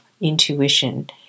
intuition